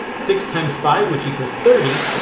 six times five which equals thirty.